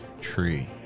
Tree